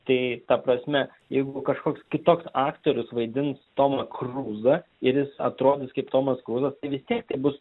tai ta prasme jeigu kažkoks kitoks aktorius vaidins tomą kruzą ir jis atrodys kaip tomas kruzas tai vis tiek tai bus